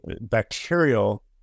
bacterial